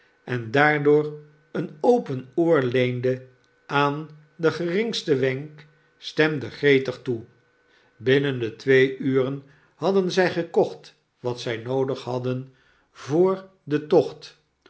en daardoor een open oor leende aan den geringsten wenk stemde gretig toe binnen de twee uren hadden zjj gekocht wat zg noodig hadden voor den tocht